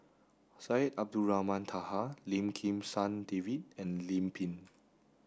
Syed Abdulrahman Taha Lim Kim San David and Lim Pin